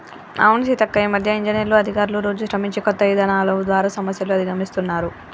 అవును సీతక్క ఈ మధ్య ఇంజనీర్లు అధికారులు రోజు శ్రమించి కొత్త ఇధానాలు ద్వారా సమస్యలు అధిగమిస్తున్నారు